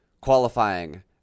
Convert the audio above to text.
qualifying